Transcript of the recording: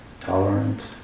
tolerant